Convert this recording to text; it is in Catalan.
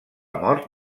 mort